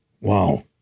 Wow